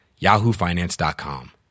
yahoofinance.com